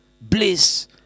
Bliss